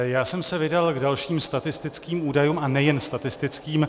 Já jsem se vydal k dalším statistickým údajům, a nejen statistickým.